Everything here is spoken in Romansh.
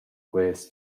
quels